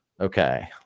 Okay